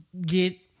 get